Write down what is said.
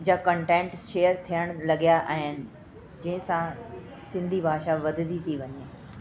जा content share थिअण लॻया आहिनि जंहिं सां सिंधी भाषा वधंदी थी वञे